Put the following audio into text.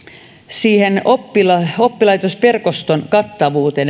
siihen oppilaitosverkoston kattavuuteen